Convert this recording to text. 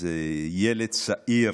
איזה ילד צעיר